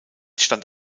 stand